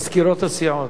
מזכירות הסיעות,